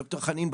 ד"ר חנין,